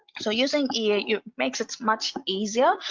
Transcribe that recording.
so using ea you makes it's much easier.